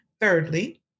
Thirdly